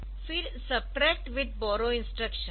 फिर subtract with borrow instruction